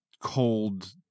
cold